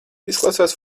izklausās